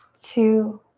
two,